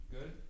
Good